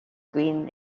queen